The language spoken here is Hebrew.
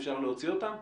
אפשר להוציא אותם?